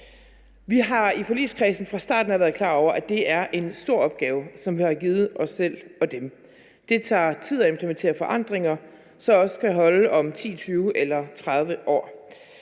Vi har i forligskredsen fra starten af været klar over, at det er en stor opgave, som vi har givet os selv og dem. Det tager tid at implementere forandringer, der også kan holde om 10, 20 eller 30 år.